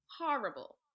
Horrible